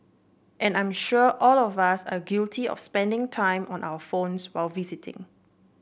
and I'm sure all of us are guilty of spending time on our phones while visiting